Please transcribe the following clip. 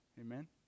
Amen